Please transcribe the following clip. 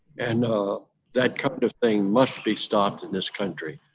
and that kind of thing must be stopped in this country.